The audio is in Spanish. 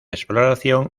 exploración